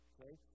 Okay